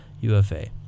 UFA